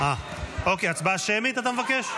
אוקיי, הצבעה שמית אתה מבקש?